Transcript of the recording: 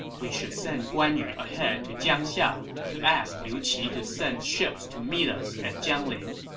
we should send guan yu ahead to jiangxia to ask liu qi to send ships to meet us at jiangling.